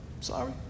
Sorry